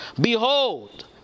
Behold